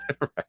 Right